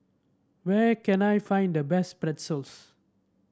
where can I find the best Pretzels